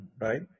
right